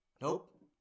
Nope